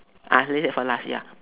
ah leave it for last ya